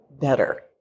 better